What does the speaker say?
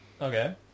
Okay